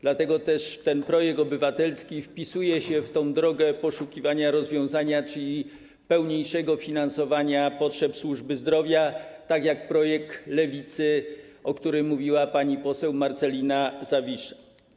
Dlatego też ten projekt obywatelski wpisuje się w drogę poszukiwania rozwiązania, czyli pełniejszego finansowania potrzeb służby zdrowia, tak jak projekt Lewicy, o którym mówiła pani poseł Marcelina Zawisza.